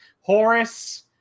Horace